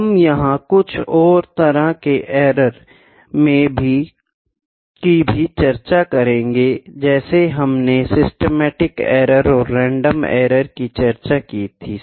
हम यहाँ कुछ और तरह के एरर की भी चर्चा करेंगे जैसे हमने सिस्टेमेटिक एरर और रैंडम एरर की चर्चा की थी